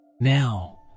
Now